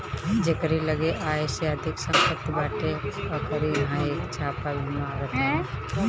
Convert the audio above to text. जेकरी लगे आय से अधिका सम्पत्ति बाटे ओकरी इहां इ छापा भी मारत हवे